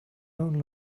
own